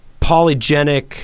polygenic